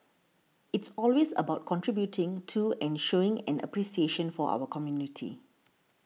it's always about contributing to and showing an appreciation for our community